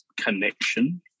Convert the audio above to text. connection